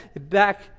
back